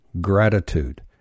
gratitude